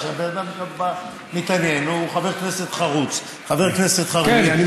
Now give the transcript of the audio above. בן אדם בא, מתעניין, הוא חבר כנסת חרוץ, משקיע.